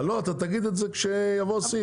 לא, אתה תגיד את זה כשיבוא הסעיף.